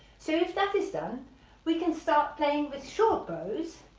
so if that is done we can start playing with short bows.